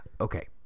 Okay